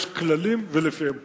יש כללים, ולפיהם פועלים.